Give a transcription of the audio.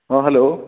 ହଁ ହ୍ୟାଲୋ